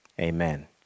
amen